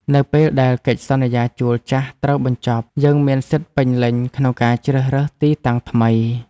នៅពេលដែលកិច្ចសន្យាជួលចាស់ត្រូវបញ្ចប់ យើងមានសិទ្ធិពេញលេញក្នុងការជ្រើសរើសទីតាំងថ្មី។